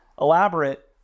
elaborate